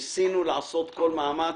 ניסינו לעשות כל מאמץ.